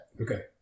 Okay